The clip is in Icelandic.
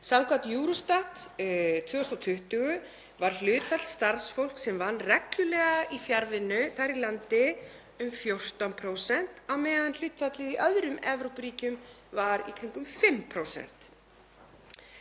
Samkvæmt Eurostat 2020 var hlutfall starfsfólks sem vann reglulega í fjarvinnu þar í landi um 14% á meðan hlutfallið í öðrum Evrópuríkjum var í kringum 5%.